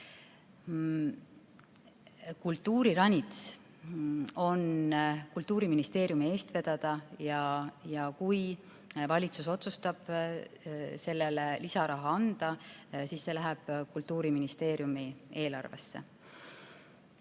Kultuuriranits on Kultuuriministeeriumi vedada ja kui valitsus otsustab selle jaoks lisaraha anda, siis see läheb Kultuuriministeeriumi eelarvesse. Te